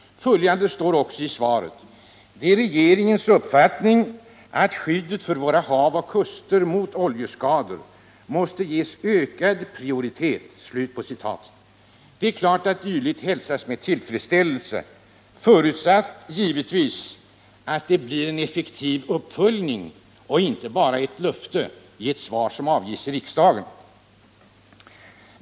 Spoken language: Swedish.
Följande står också i svaret: ”Det är regeringens uppfattning att skyddet för våra hav och kuster mot oljeskador måste ges en ökad prioritet.” Det är klart att dylikt hälsas med tillfredsställelse — förutsatt givetvis att det blir en effektiv uppföljning, så att det inte bara är ett löfte i ett svar som avges i riksdagen.